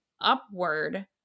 upward